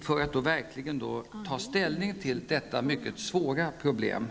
för att man skall kunna ta ställning till detta mycket svåra problem.